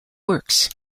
works